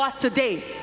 today